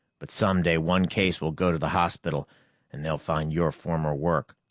but some day one case will go to the hospital and they'll find your former work.